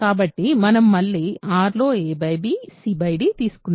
కాబట్టి మనం మళ్ళీ R లో a b c d తీసుకుందాం